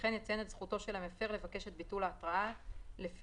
וכן יציין את זכותו של המפר לבקש את ביטול ההתראה לפי